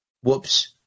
Whoops